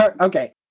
Okay